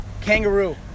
kangaroo